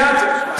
לא, לא.